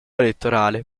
elettorale